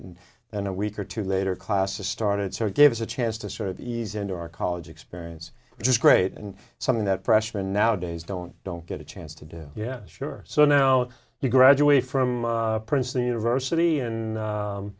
then a week or two later classes started so give us a chance to sort of ease into our college experience which is great and something that freshmen nowadays don't don't get a chance to do yeah sure so now you graduate from princeton university and